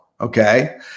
Okay